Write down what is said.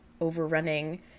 overrunning